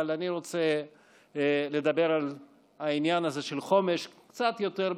אבל אני רוצה לדבר על העניין הזה של חומש קצת יותר בפרטים.